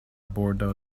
bordo